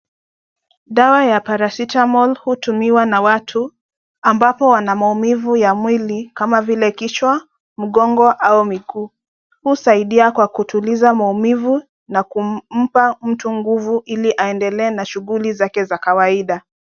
Dawa ya Paracetemol hutumiwa na watu ambapo wana maumivu ya mwili kama vile kichwa, mgongo au miguu. Husaidia kwa kutuliza maumivu na kumpa mtu nguvu ili aendelee na shughuli zake za kawaida.